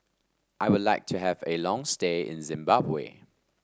I would like to have a long stay in Zimbabwe